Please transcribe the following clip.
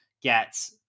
get